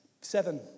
seven